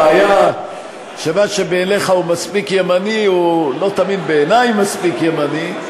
הבעיה שמה שבעיניך מספיק ימני לא תמיד בעיני מספיק ימני.